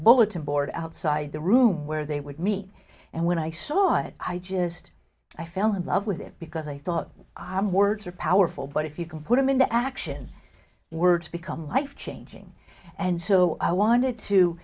bulletin board outside the room where they would meet and when i saw it i just i fell in love with it because i thought i'm words are powerful but if you can put them into action words become life changing and so i wanted to